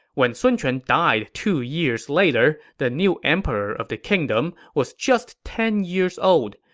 when sun quan died two years later, the new emperor of the kingdom was just ten years old.